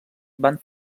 van